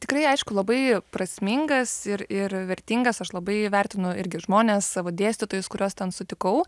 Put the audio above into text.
tikrai aišku labai prasmingas ir ir vertingas aš labai vertinu irgi žmones savo dėstytojus kuriuos ten sutikau